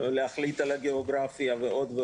להחליט על הגיאוגרפיה ועוד,